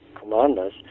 commanders